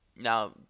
Now